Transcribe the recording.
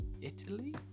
Italy